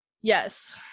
yes